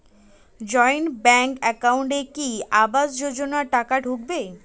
Joint bank একাউন্টে কি আবাস যোজনা টাকা ঢুকবে?